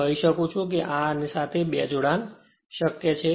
હું કહી શકું છું કે આને સાથે 2 જોડાણ શક્ય છે